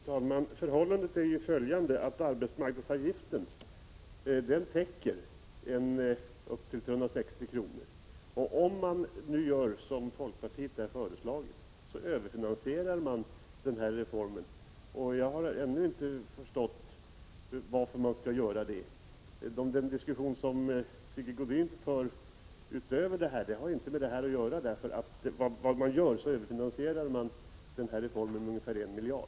Fru talman! Förhållandet är det att arbetsmarknadsavgiften täcker upp till 360 kr. Om man nu gör som folkpartiet har föreslagit överfinansieras denna reform, och jag har ännu inte förstått varför man skulle göra det. Den diskussion som Sigge Godin därutöver för har inte med detta att göra, eftersom reformen på detta sätt överfinansieras med ungefär 1 miljard.